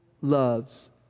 loves